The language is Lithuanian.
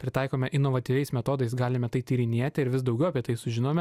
pritaikome inovatyviais metodais galime tai tyrinėti ir vis daugiau apie tai sužinome